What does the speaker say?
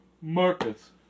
Marcus